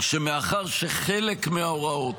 שמאחר שחלק מההוראות